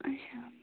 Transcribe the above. اچھا